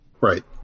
Right